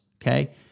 okay